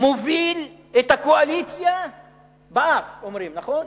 מוביל את הקואליציה באף, אומרים, נכון?